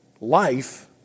life